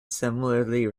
similarly